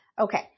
Okay